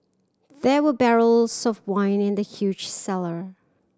there were barrels of wine in the huge cellar